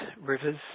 rivers